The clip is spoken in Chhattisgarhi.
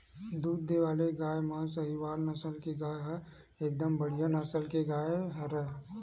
दूद देय वाले गाय म सहीवाल नसल के गाय ह एकदम बड़िहा नसल के गाय हरय